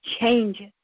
changes